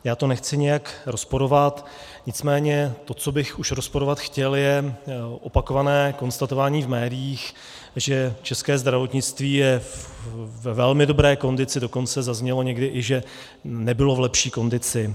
Já to nechci nijak rozporovat, nicméně to, co bych už rozporovat chtěl, je opakované konstatování v médiích, že české zdravotnictví je ve velmi dobré kondici, dokonce zaznělo někdy i to, že nebylo v lepší kondici.